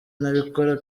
nabikora